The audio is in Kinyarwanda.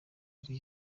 ari